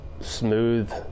smooth